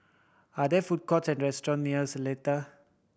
are there food courts or restaurant near Seletar